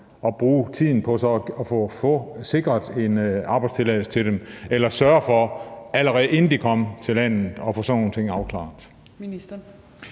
så brugte tiden på at få sikret en arbejdstilladelse til dem eller sørge for, allerede inden de kom til landet, at få sådan nogle ting afklaret?